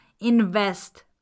Invest